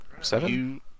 seven